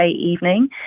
evening